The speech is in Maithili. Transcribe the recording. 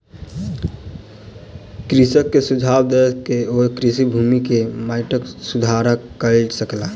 कृषक के सुझाव दय के ओ कृषि भूमि के माइटक सुधार कय सकला